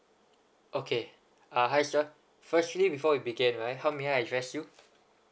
okay ah hi sir firstly before we begin right how may I address you